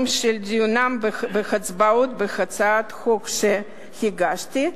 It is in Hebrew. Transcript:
של דיונים והצבעות בהצעות חוק שהגשתי,